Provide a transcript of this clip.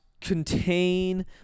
contain